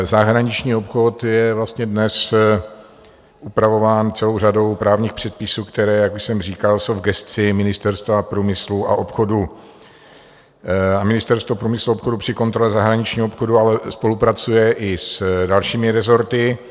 Zahraniční obchod je vlastně dnes upravován celou řadou právních předpisů, které, jak už jsem říkal, jsou v gesci Ministerstva průmyslu a obchodu a Ministerstvo průmyslu a obchodu při kontrole zahraničního obchodu ale spolupracuje i s dalšími rezorty.